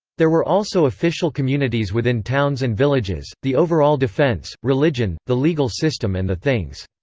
there were also official communities within towns and villages the overall defence, religion, the legal system and the things.